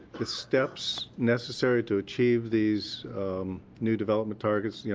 the steps necessary to achieve these new development targets? yeah